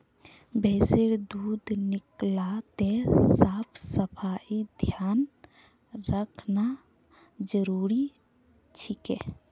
भैंसेर दूध निकलाते साफ सफाईर ध्यान रखना जरूरी छिके